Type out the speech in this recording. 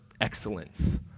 excellence